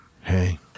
hey